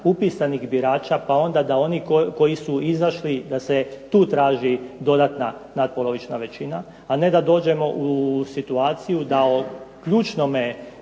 upisanih birača, pa onda da oni koji su izašli da se tu traži dodatna natpolovična većina, a ne da dođemo u situaciju da o ključnome